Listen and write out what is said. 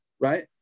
right